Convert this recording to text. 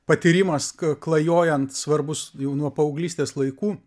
patyrimas klajojant svarbus jau nuo paauglystės laikų